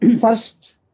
First